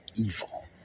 evil